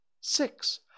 Six